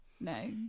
No